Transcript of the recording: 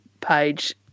page